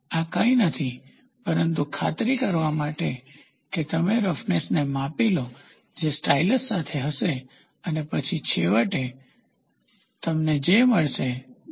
આ કંઈ નથી પરંતુ ખાતરી કરવા માટે કે તમે રફનેસને માપી લો જે સ્ટાઇલસ સાથે હશે અને પછી છેવટે તમને જે મળશે તે આના ડેટા સાથે સ્ટાઇલ હશે